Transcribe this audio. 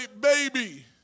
baby